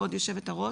כבוד היושבת-ראש,